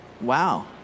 Wow